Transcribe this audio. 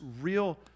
real